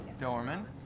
Dorman